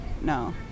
no